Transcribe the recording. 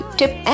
tip